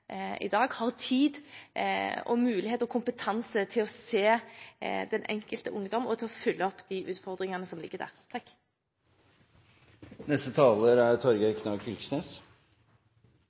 i dag, har tid, mulighet og kompetanse til å se den enkelte ungdom og til å følge opp de utfordringene som ligger der. Godt nytt år, president. Mobbing er